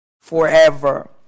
forever